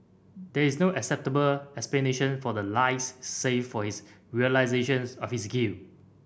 there is no acceptable explanation for the lies save for his realisations of his guilt